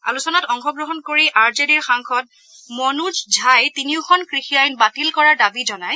আলোচনাত অংশগ্ৰহণ কৰি আৰ জে ডিৰ সাংসদ মনোজ ঝাই তিনিওখন কৃষি আইন বাতিল কৰাৰ দাবী জনায়